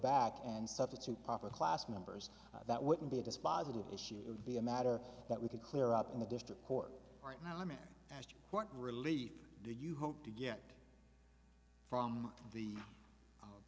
back and substitute proper class members that wouldn't be dispositive issue it would be a matter that we could clear up in the district court right now i mean as to what relief do you hope to get from the